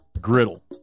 Griddle